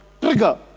trigger